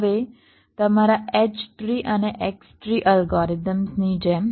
હવે તમારા H tree અને X ટ્રી અલ્ગોરિધમ્સની જેમ